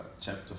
chapter